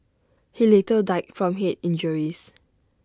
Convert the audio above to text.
he later died from Head injuries